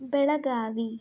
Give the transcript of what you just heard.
Belagavi